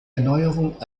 erneuerung